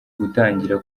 gutangira